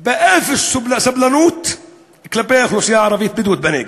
באפס סובלנות כלפי האוכלוסייה הערבית הבדואית בנגב.